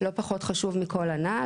לא פחות חשוב מכל הנ"ל,